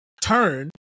turn